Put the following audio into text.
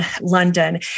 London